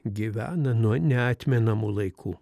gyvena nuo neatmenamų laikų